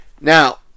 Now